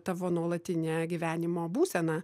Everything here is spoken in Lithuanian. tavo nuolatine gyvenimo būsena